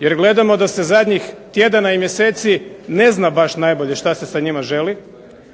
jer gledamo da se zadnjih tjedana i mjeseci ne zna baš najbolje šta se sa njima želi,